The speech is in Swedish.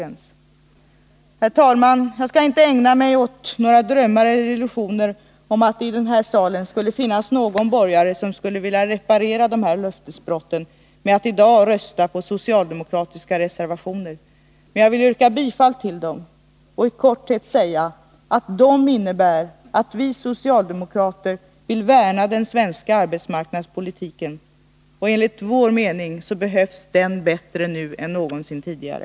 Herr talman! Jag skall inte ägna mig åt några drömmar eller illusioner om att det i den här salen skulle finnas någon borgare som skulle vilja reparera de här löftesbrotten genom att i dag rösta på socialdemokratiska reservationer, men jag vill yrka bifall till dem och i korthet säga att de innebär att vi socialdemokrater vill värna den svenska arbetsmarknadspolitiken. Enligt vår mening behövs den bättre nu än någonsin tidigare.